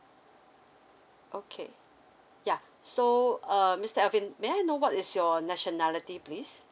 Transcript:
okay ya so um mister alvin may I know what is your nationality please